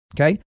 Okay